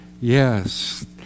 Yes